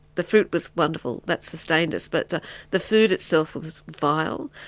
the fruit was wonderful. that sustained us. but the food itself was vile,